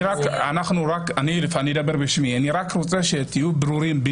אני רוצה שתהיו ברורים.